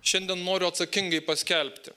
šiandien noriu atsakingai paskelbti